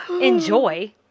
enjoy